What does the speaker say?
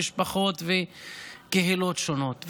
משפחות וקהילות שונות.